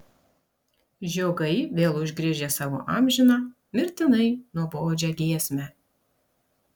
žiogai vėl užgriežė savo amžiną mirtinai nuobodžią giesmę